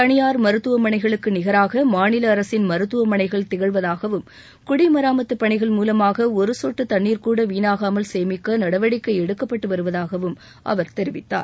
தனியார் மருத்துவமனைகளுக்கு நிகராக மாநில அரசின் மருத்துவமனைகள் திகழ்வதாகவும் குடிம்ராமத்து பணிகள் மூலமாக ஒரு சொட்டு தண்ணீர் கூட வீணாகாமல் சேமிக்க நடவடிக்கை எடுக்கப்பட்டு வருவதாகவும் அவர் தெரிவித்தார்